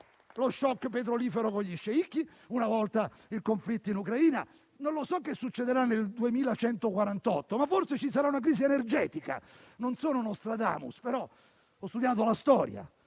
lo shock petrolifero con gli sceicchi, una volta il conflitto in Ucraina. Non so che cosa succederà nel 2148, ma forse ci sarà una crisi energetica. Non sono Nostradamus, ma ho studiato la storia.